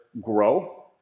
grow